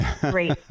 great